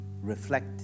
reflect